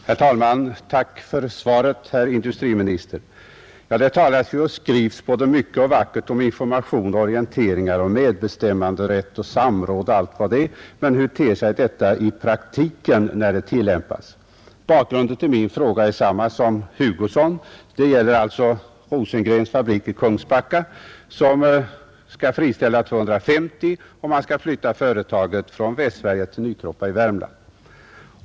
Herr talman! Tack för svaret, herr industriminister! Det talas och skrivs både mycket och vackert om information, orienteringar, medbestämmanderätt, samråd och allt vad det heter, men hur ter sig den praktiska tillämpningen? Bakgrunden till min fråga är densamma som för herr Hugossons. Det gäller alltså E. A. Rosengrens AB i Kungsbacka, som skall friställa 250 man och flytta sin fabrik från Västkusten till Nykroppa i Värmland.